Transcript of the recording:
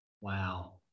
wow